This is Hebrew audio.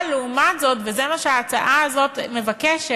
אבל לעומת זאת, וזה מה שההצעה הזאת מבקשת,